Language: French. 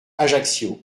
ajaccio